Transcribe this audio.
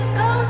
go